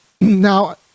Now